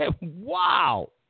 wow